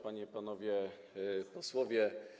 Panie i Panowie Posłowie!